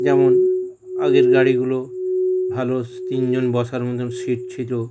যেমন আগের গাড়িগুলো ভালো তিন জন বসার মতন সিট ছিল